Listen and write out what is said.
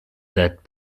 that